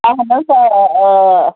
اہن حظ آ